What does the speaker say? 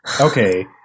Okay